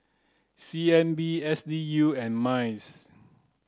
C N B S D U and MINDS